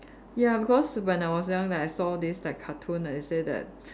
ya because when I was young then I saw this like cartoon and it say that